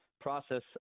process